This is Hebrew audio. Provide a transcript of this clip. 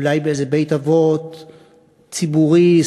אולי באיזה בית-אבות ציבורי,